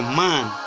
man